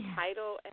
title